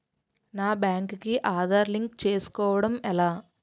నా బ్యాంక్ కి ఆధార్ లింక్ చేసుకోవడం ఎలా?